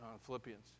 Philippians